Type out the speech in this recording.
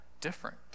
different